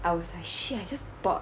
I was like shit I just bought